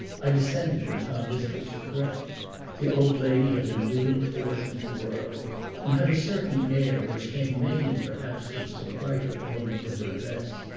i descended and found this picture correct the old lady had been wheeled forth into the world and had a certain air, which came mainly perhaps from some brighter element in her dress,